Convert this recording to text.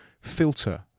filter